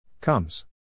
Comes